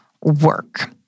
work